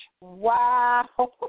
Wow